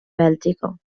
bèlgica